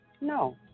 No